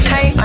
Hey